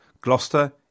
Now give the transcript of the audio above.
Gloucester